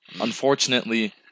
Unfortunately